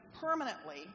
permanently